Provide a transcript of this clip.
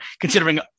considering